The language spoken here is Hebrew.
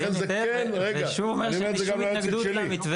אני מבין היטב ושוב, אין לי שום התנגדות למתווה.